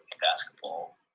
basketball